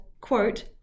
quote